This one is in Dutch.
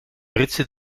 britse